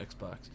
Xbox